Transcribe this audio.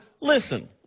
listen